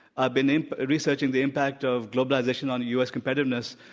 i've been and ah researching the impact of globalization on u. s. competitiveness.